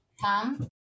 come